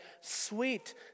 sweet